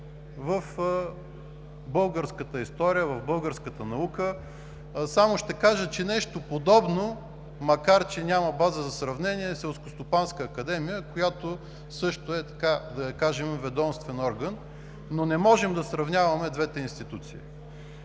в българската история, в българската наука. Само ще кажа, че нещо подобно, макар че няма база за сравнение, е Селскостопанската академия, която също е ведомствен орган, но не можем да сравняваме двете институции.